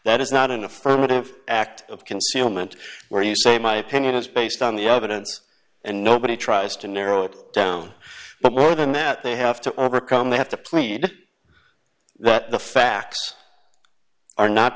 that is not an affirmative act of concealment where you say my opinion is based on the evidence and nobody tries to narrow it down but more than that they have to overcome they have to plead that the facts are not